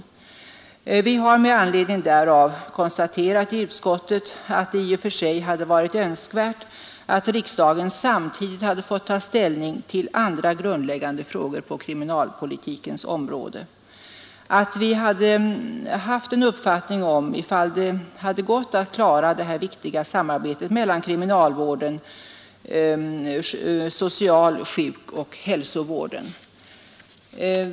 Vi har med anledning därav i utskottet konstaterat att det i och för sig hade varit önskvärt att riksdagen samtidigt hade fått ta ställning till andra grundläggande frågor på kriminalpolitikens område och att vi hade fått en uppfattning om huruvida det går att klara det viktiga samarbetet mellan kriminalvården och social-, sjukoch hälsovården.